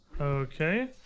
Okay